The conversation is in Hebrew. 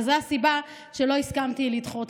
וזו הסיבה שלא הסכמתי לדחות,